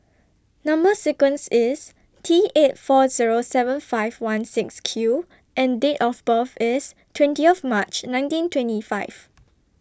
Number sequence IS T eight four Zero seven five one six Q and Date of birth IS twentieth March nineteen twenty five